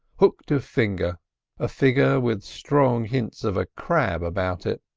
hooked of finger a figure with strong hints of a crab about it.